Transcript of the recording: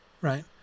right